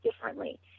differently